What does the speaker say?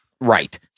Right